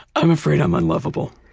i'm afraid i'm unlovable.